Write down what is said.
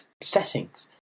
settings